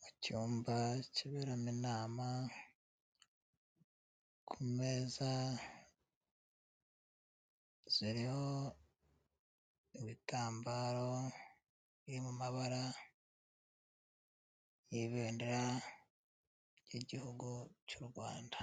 mu cyumba cyiberamo inama, ku meza ziriho ibitambaro biri mu mabara y'ibendera ry'igihugu cy'u Rwanda.